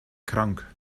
krank